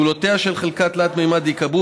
גבולותיה של חלקה תלת-ממדית ייקבעו